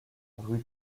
rue